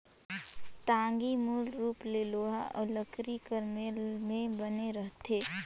टागी मूल रूप ले लोहा अउ लकरी कर मेल मे बने रहथे